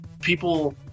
people